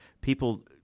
people